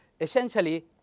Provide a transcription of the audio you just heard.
essentially